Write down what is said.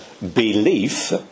belief